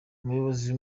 umuyobozi